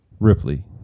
Ripley